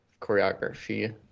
choreography